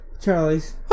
Charlie's